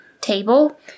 table